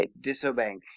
disobeying